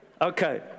Okay